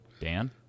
dan